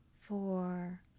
four